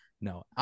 No